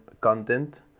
content